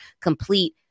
complete